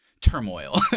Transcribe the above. turmoil